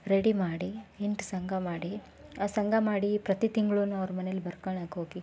ready ಮಾಡಿ ಎಂಟು ಸಂಘ ಮಾಡಿ ಆ ಸಂಘ ಮಾಡಿ ಪ್ರತಿ ತಿಂಗಳೂನೂ ಅವ್ರ ಮನೆಲಿ ಬರ್ಕಳಕ್ ಹೋಗಿ